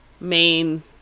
main